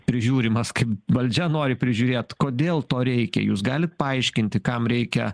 prižiūrimas kaip valdžia nori prižiūrėt kodėl to reikia jūs galit paaiškinti kam reikia